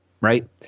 right